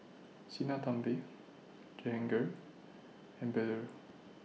Sinnathamby Jehangirr and Bellur